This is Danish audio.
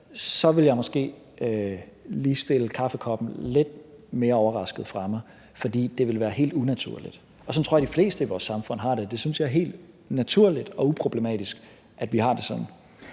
ville jeg måske lige stille kaffekoppen lidt mere overrasket fra mig, fordi det ville være helt unaturligt. Og sådan tror jeg de fleste i vores samfund har det, og jeg synes, det er helt naturligt og uproblematisk, at vi har det sådan.